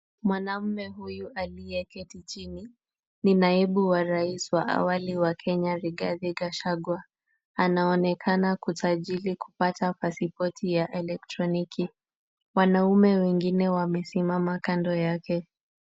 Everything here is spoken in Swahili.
Mwanamume huyu aliyeketi chini, ni naibu wa rais wa awali wa Kenya Rigathi Gachagua. Anaonekana kusajili kupata pasipoti ya elektroniki. Wanaume wengine wamesimama kando yake.